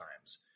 times